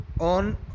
on